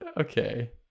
Okay